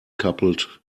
coupled